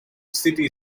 city